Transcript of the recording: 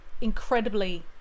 incredibly